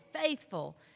faithful